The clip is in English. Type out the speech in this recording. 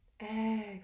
Exhale